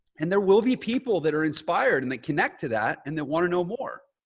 and there will be people that are inspired and that connect to that. and they want to know more.